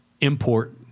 import